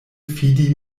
fidi